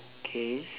okay